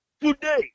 today